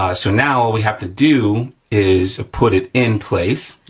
ah so now, all we have to do is put it in place.